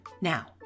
Now